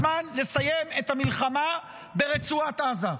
הגיע הזמן לסיים את המלחמה ברצועת עזה.